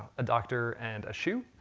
a doctor and a shoe.